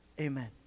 Amen